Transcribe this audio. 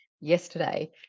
yesterday